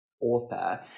author